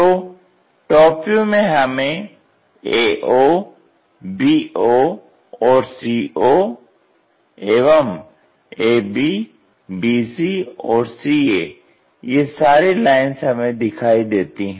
तो top view में हमें ao bo और co एवं ab bc और ca ये सारी लाइंस हमें दिखाई देती हैं